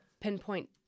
pinpoint